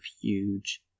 huge